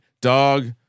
dog